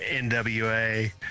nwa